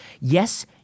Yes